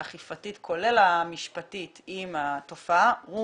האכיפתית והמשפטית עם התופעה הוא